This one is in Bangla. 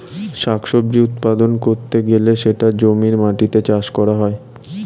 শাক সবজি উৎপাদন করতে গেলে সেটা জমির মাটিতে চাষ করা হয়